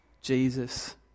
Jesus